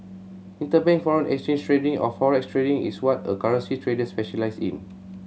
interbank foreign exchange trading or forex trading is what a currency trader specialises in